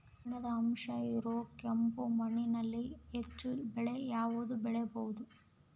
ಕಬ್ಬಿಣದ ಅಂಶ ಇರೋ ಕೆಂಪು ಮಣ್ಣಿನಲ್ಲಿ ಹೆಚ್ಚು ಬೆಳೆ ಯಾವುದು ಬೆಳಿಬೋದು?